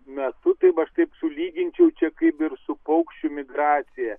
metu taip aš taip sulyginčiau čia kaip ir su paukščių migracija